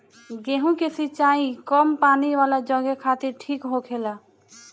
गेंहु के सिंचाई कम पानी वाला जघे खातिर ठीक होखेला